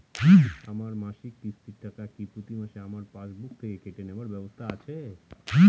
আমার মাসিক কিস্তির টাকা কি প্রতিমাসে আমার পাসবুক থেকে কেটে নেবার ব্যবস্থা আছে?